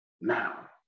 now